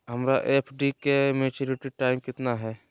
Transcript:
हमर एफ.डी के maturity time कितना है?